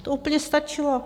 To by úplně stačilo.